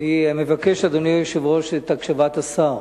אני מבקש, אדוני היושב-ראש, את הקשבת השר.